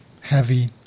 heavy